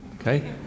okay